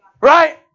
Right